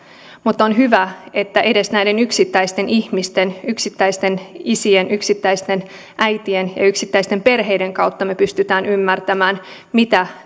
mutta on hyvä että edes näiden yksittäisten ihmisten yksittäisten isien yksittäisten äitien ja yksittäisten perheiden kautta me pystymme ymmärtämään mitä